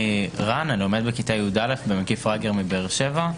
אני רן, לומד בכיתה י"א במקיף א' רגר מבאר שבע.